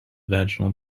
vaginal